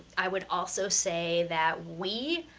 i would also say that we,